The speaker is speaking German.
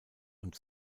und